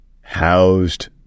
housed